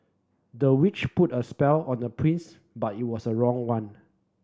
the witch put a spell on the prince but it was the wrong one